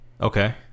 okay